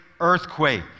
earthquake